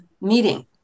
meeting